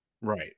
right